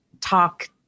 talk